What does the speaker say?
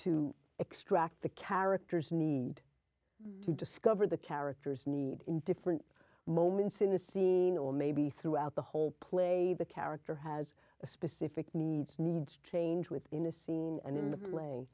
to extract the characters need to discover the characters need in different moments in the scene or maybe throughout the whole play the character has a specific needs needs change within a scene and